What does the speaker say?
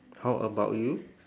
how about you